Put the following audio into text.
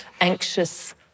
anxious